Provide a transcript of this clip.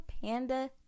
Panda